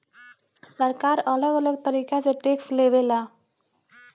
सरकार अलग अलग तरीका से टैक्स लेवे ला